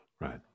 Right